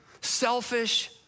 selfish